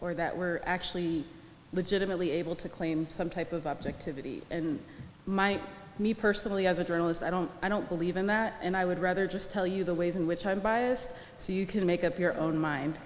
or that we're actually legitimately able to claim some type of objectivity and my me personally as a journalist i don't i don't believe in that and i would rather just tell you the ways in which i'm biased so you can make up your own mind